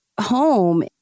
home